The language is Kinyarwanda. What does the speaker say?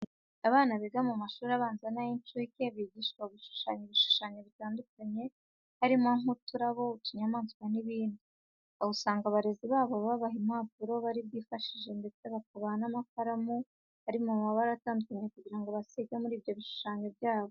Abana biga mu mashuri abanza n'ay'inshuke bigishwa gushushanya ibishushanyo bitandukanye harimo nk'uturabo, utunyamaswa n'ibindi. Aha usanga abarezi babo babaha impapuro bari bwifashishe ndetse bakabaha n'amakaramu ari mu mabara atandukanye kugira ngo basige muri ibyo bishushanyo byabo.